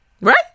right